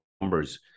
numbers